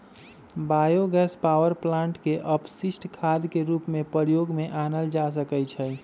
bio gas power plant के अपशिष्ट खाद के रूप में प्रयोग में आनल जा सकै छइ